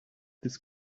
this